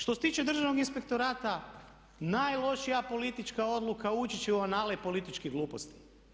Što se tiče Državnog inspektorata najlošija politička odluka ući će u anale političkih gluposti.